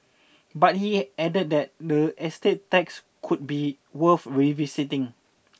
but he added that the estate tax could be worth revisiting